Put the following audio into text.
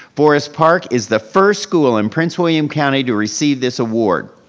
forest park is the first school in prince william county to receive this award.